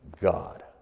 God